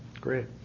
Great